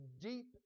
deep